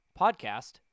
podcast